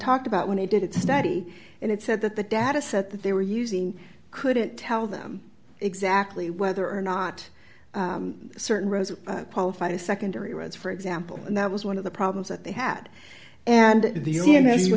talked about when he did it steady and it said that the data set that they were using couldn't tell them exactly whether or not certain paula fight a secondary roads for example and that was one of the problems that they had and the union has you